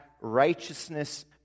righteousness